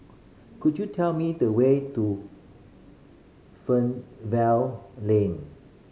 could you tell me the way to Fernvale Lane